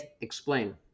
explain